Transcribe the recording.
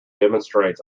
demonstrates